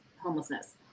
homelessness